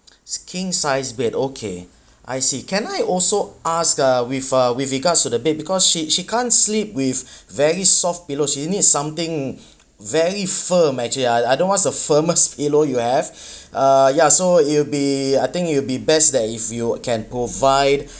king size bed okay I see can I also ask uh with uh with regards to the bed because she she can't sleep with very soft pillows she need something very firm actually I~ I don't know what's the firmest pillow you have uh ya so it will be I think it will be best that if you can provide